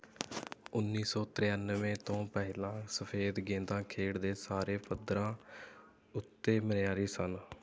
ਉੱਨੀ ਸੌ ਤਿਰਾਨਵੇਂ ਤੋਂ ਪਹਿਲਾਂ ਸਫੇਦ ਗੇਂਦਾਂ ਖੇਡ ਦੇ ਸਾਰੇ ਪੱਧਰਾਂ ਉੱਤੇ ਮਿਆਰੀ ਸਨ